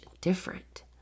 different